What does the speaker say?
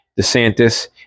DeSantis